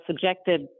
subjected